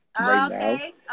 okay